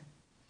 להתקדם.